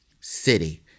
city